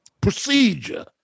procedure